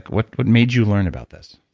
what what made you learn about this?